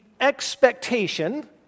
expectation